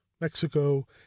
Mexico